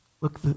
Look